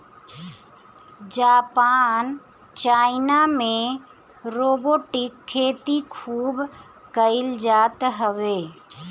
Japan China में robotic खेती खूब कईल जात हवे